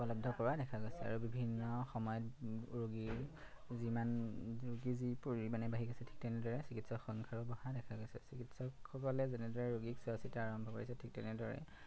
উপলব্ধ কৰা দেখা গৈছে আৰু বিভিন্ন সময়ত ৰোগীৰ যিমান ৰোগী যি পৰিমাণে বাঢ়ি গৈছে ঠিক তেনেদৰে চিকিৎসকৰ সংখ্যা বঢ়া দেখা গৈছে চিকিৎসকসকলে যেনেদৰে ৰোগীক চোৱা চিতা আৰম্ভ কৰিছে ঠিক তেনেদৰে